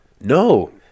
No